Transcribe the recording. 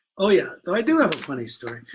oh yeah though i do have a funny story.